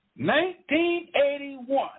1981